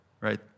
right